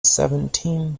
seventeen